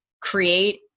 create